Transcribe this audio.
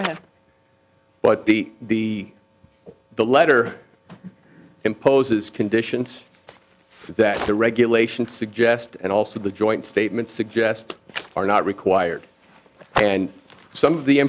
i have but the the letter imposes conditions that the regulations suggest and also the joint statements suggest they are not required and some of the